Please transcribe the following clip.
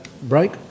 Break